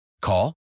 Call